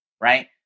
right